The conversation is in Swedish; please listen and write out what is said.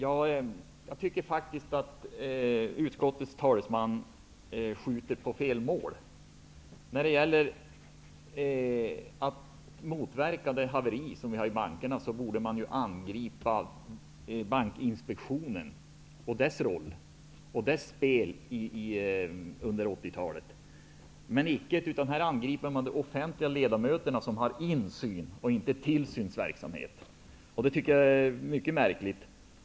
Herr talman! Jag tycker att utskottets talesman skjuter på fel mål. Vad gäller motverkande av haveriet i bankerna borde han angripa den roll som Bankinspektionen har spelat under 80-talet. Men det gör han icke utan angriper här de offentliga ledamöterna, som har insyn men inte tillsynsverksamhet. Jag tycker att det är mycket märkligt.